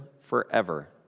forever